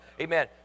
amen